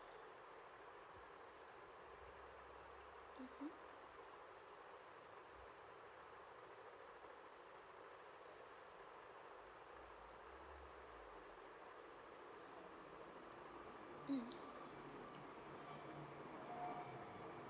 mmhmm mm